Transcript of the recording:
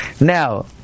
Now